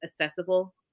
accessible